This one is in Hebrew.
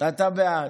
אתה בעד.